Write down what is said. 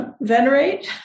venerate